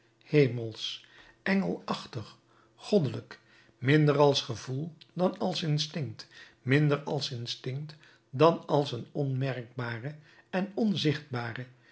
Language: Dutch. hemelsch engelachtig goddelijk minder als gevoel dan als instinct minder als instinct dan als een onmerkbare en onzichtbare